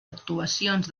actuacions